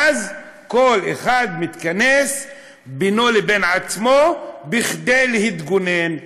אז כל אחד מתכנס בינו לבין עצמו בכדי להתגונן.